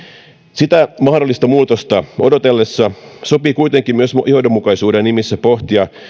sitä mahdollista muutosta odotellessa sopii kuitenkin myös johdonmukaisuuden nimissä pohtia